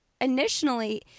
initially